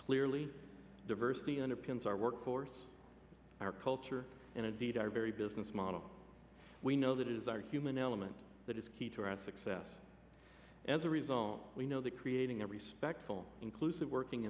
clearly diversity underpins our workforce our culture and indeed our very business model we know that it is our human element that is key to our success as a result we know that creating a respectable inclusive working